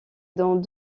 dans